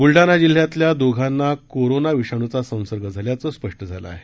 बुलडाणा जिल्ह्यातल्या दोघांना कोरोना विषाणूचा संसर्ग झाल्याचं स्पष्ट झालं आहे